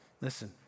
Listen